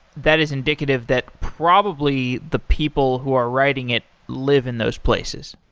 that is indicative that probably the people who are writing it live in those places.